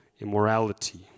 immorality